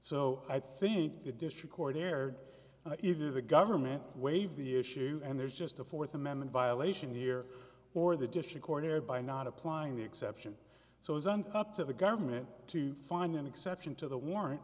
so i think the district court erred and either the government waived the issue and there's just a fourth amendment violation here or the dish accorded by not applying the exception so isn't up to the government to find an exception to the warrant